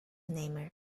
namer